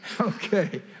Okay